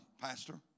pastor